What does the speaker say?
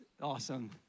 awesome